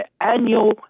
annual